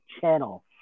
channel